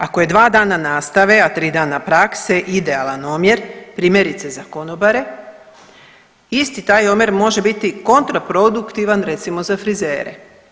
Ako je 2 dana nastave, a 3 dana prakse idealna omjer primjerice za konobare, isti taj omjer može biti kontraproduktivan recimo za frizere.